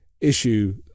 issue